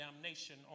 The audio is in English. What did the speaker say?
damnation